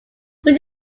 put